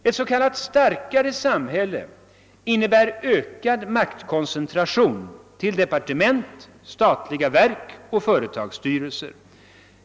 Ett s.k. starkare samhälle innebär ökad maktkoncentration till departement, statliga verk och företagsstyrelser.